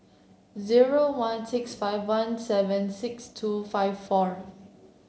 zero one six five one seven six two five four